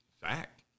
Fact